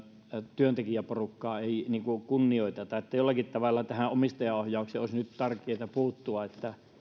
työntekijäporukkaa ei kunnioiteta jollakin tavalla omistajaohjauksen olisi nyt tärkeää tähän puuttua että